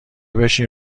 بشین